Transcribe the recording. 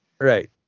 Right